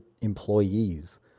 employees